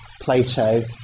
Plato